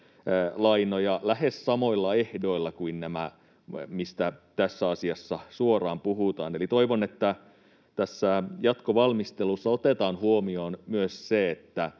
lähes samoilla ehdoilla kuin nämä, mistä tässä asiassa suoraan puhutaan. Eli toivon, että tässä jatkovalmistelussa otetaan huomioon myös se, että